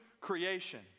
creation